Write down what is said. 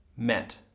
met